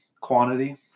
quantity